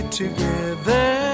together